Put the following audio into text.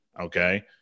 Okay